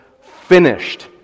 finished